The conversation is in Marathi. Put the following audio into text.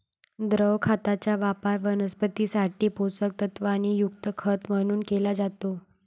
द्रव खताचा वापर वनस्पतीं साठी पोषक तत्वांनी युक्त खत म्हणून केला जातो